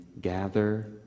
gather